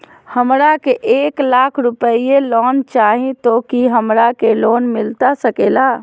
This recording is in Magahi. हमरा के एक लाख रुपए लोन चाही तो की हमरा के लोन मिलता सकेला?